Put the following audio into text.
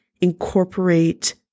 incorporate